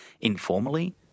informally